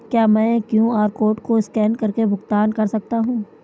क्या मैं QR code को स्कैन करके भुगतान कर सकता हूं?